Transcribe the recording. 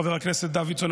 חבר הכנסת דוידסון,